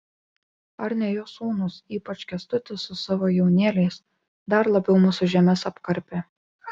ar ne jo sūnūs ypač kęstutis su savo jaunėliais dar labiau mūsų žemes apkarpė